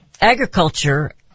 agriculture